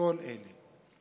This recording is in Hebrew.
מכל אלה.